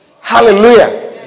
Hallelujah